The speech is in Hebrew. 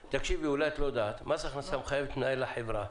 אולי את לא יודעת, מס הכנסה מחייב את מנהל החברה